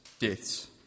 deaths